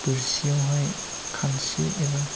बोरसियावहाय खानस्रि एबा